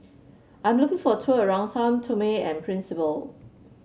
I'm looking for a tour around Sao Tome and Principe